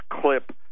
clip